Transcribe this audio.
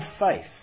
faith